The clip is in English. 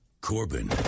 Corbin